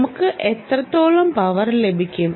നമുക്ക് എത്രത്തോളം പവർ ലഭിക്കും